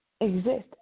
exist